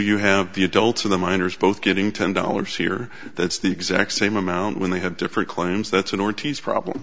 you have the adults in the minors both getting ten dollars here that's the exact same amount when they had different claims that sonorities problem